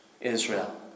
Israel